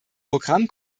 programm